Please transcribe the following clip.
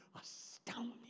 astounding